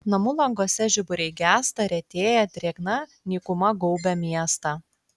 namų languose žiburiai gęsta retėja drėgna nykuma gaubia miestą